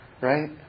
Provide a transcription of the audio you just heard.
Right